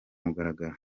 mugaragaro